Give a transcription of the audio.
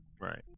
Right